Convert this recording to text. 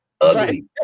ugly